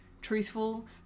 truthful